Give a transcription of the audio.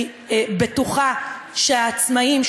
אני בטוחה שהעצמאים,